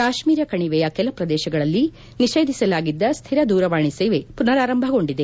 ಕಾಶ್ಮೀರ ಕಣಿವೆಯ ಕೆಲ ಪ್ರದೇಶಗಳಲ್ಲಿ ನಿಷೇಧಿಸಲಾಗಿದ್ದ ಸ್ಟಿರ ದೂರವಾಣಿ ಸೇವೆ ಮನರಾರಂಭಗೊಂಡಿದೆ